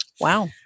Wow